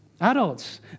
Adults